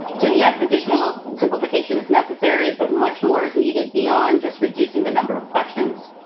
so, yes, additional simplification is necessary, but much more is needed beyond just reducing the number of questions.